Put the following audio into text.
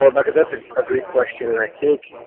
rebecca, that's a great question and i think